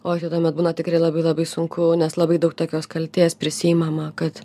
o tuomet būna tikrai labai labai sunku nes labai daug tokios kaltės prisiimama kad